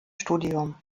studium